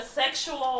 sexual